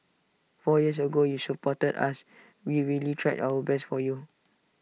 four years ago you supported us we really tried our best for you